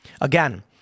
Again